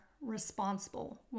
responsible